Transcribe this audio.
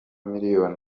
miliyoni